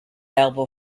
elbow